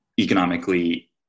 economically